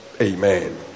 Amen